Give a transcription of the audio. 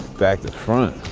back to front.